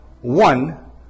one